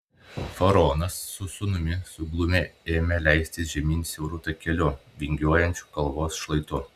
faraonas su sūnumi suglumę ėmė leistis žemyn siauru takeliu vingiuojančiu kalvos šlaitu